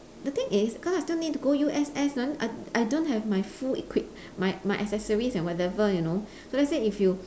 the thing is cause I still need to go to U_S_S then I I don't have my full equip my my accessories and whatever you know so let's say if you